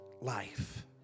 life